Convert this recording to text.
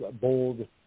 bold